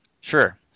Sure